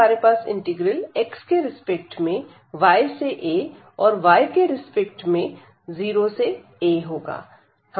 हमारे पासdx dy है